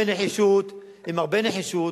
עם הרבה הרבה נחישות,